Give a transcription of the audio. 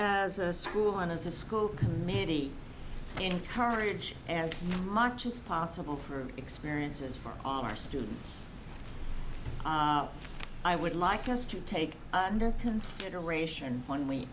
as a school on a school committee encourage as much as possible for experiences for our students i would like us to take into consideration when we